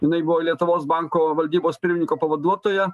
jinai buvo lietuvos banko valdybos pirmininko pavaduotoja